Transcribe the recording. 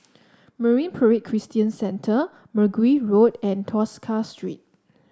Marine Parade Christian Centre Mergui Road and Tosca Street